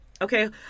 Okay